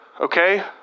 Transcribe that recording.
Okay